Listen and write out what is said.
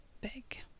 big